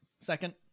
second